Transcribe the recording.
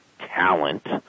talent